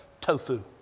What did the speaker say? tofu